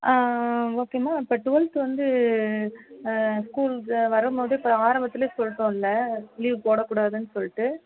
ஆ ஓகேம்மா இப்போ டுவெல்த்து வந்து ஸ்கூல் வரும் போது இப்போ ஆரம்பத்தில் சொல்ட்டோம்ல லீவு போட கூடாதுன்னு சொல்லிட்டு